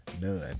None